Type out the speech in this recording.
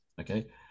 Okay